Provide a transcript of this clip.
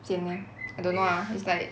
same leh I don't know lah it's like